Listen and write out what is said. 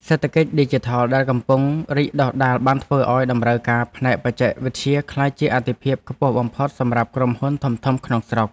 សេដ្ឋកិច្ចឌីជីថលដែលកំពុងរីកដុះដាលបានធ្វើឱ្យតម្រូវការផ្នែកបច្ចេកវិទ្យាក្លាយជាអាទិភាពខ្ពស់បំផុតសម្រាប់ក្រុមហ៊ុនធំៗក្នុងស្រុក។